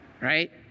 right